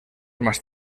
más